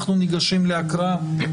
אנחנו ניגשים להקראה.